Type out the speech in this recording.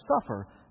suffer